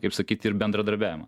kaip sakyt ir bendradarbiavimo